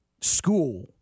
school